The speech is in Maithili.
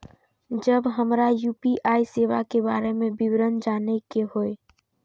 जब हमरा यू.पी.आई सेवा के बारे में विवरण जाने के हाय?